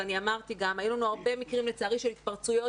ואני אמרתי גם: היו לנו הרבה מקרים לצערי של התפרצויות